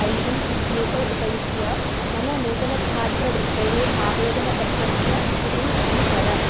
I D इत्येतौ उपयुज्य मम नूतनछात्रवृत्तेः आवेदनपत्रस्य स्थितिम् अनुसर